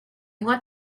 want